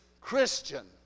Christian